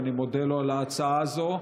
ואני מודה לו על הצעה הזו.